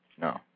No